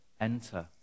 enter